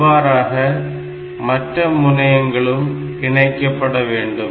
இவ்வாறாக மற்ற முனையங்களும் இணைக்கப்பட வேண்டும்